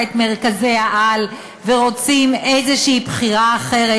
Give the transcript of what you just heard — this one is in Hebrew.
את מרכזי-העל ורוצים איזו בחירה אחרת,